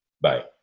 bye